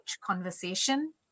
conversation